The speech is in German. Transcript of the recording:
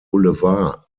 boulevard